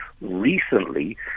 recently